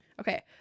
Okay